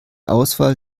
auswahl